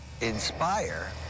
Inspire